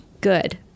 good